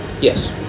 Yes